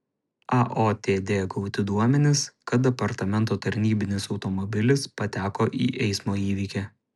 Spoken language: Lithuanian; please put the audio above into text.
aotd gauti duomenys kad departamento tarnybinis automobilis pateko į eismo įvykį